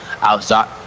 outside